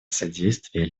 содействие